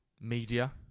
media